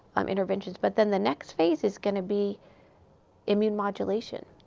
um interventions. but then the next phase is going to be immune modulation,